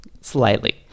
slightly